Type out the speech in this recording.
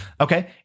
okay